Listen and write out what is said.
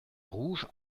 rouge